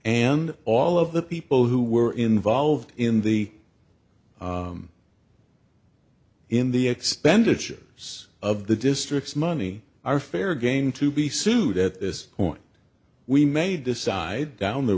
and all of the people who were involved in the in the expenditures of the district's money are fair game to be sued at this point we may decide down the